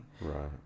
Right